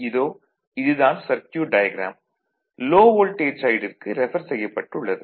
இதோ இது தான் சர்க்யூட் டயாக்ராம் லோ வோல்டேஜ் சைடிற்கு ரெஃபர் செய்யப்பட்டுள்ளது